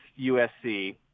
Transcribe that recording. USC